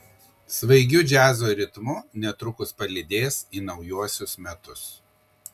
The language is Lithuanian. svaigiu džiazo ritmu netrukus palydės į naujuosius metus